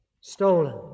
stolen